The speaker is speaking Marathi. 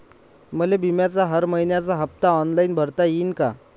मले बिम्याचा हर मइन्याचा हप्ता ऑनलाईन भरता यीन का?